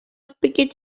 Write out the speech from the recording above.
speaking